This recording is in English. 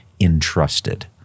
entrusted